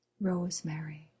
rosemary